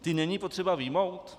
Ty není potřeba vyjmout?